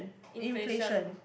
inflation